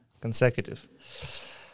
consecutive